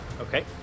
Okay